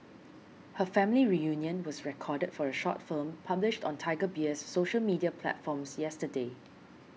her family reunion was recorded for a short film published on Tiger Beer's social media platforms yesterday